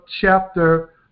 chapter